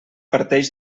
parteix